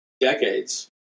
decades